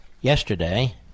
yesterday